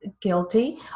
guilty